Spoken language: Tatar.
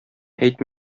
әйт